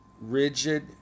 rigid